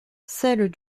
celles